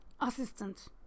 assistant